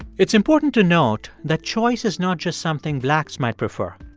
it's important to note that choice is not just something blacks might prefer.